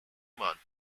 month